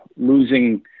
losing